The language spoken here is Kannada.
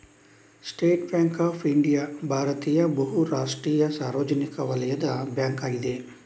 ಸ್ಟೇಟ್ ಬ್ಯಾಂಕ್ ಆಫ್ ಇಂಡಿಯಾ ಭಾರತೀಯ ಬಹು ರಾಷ್ಟ್ರೀಯ ಸಾರ್ವಜನಿಕ ವಲಯದ ಬ್ಯಾಂಕ್ ಅಗಿದೆ